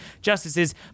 justices